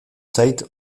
zait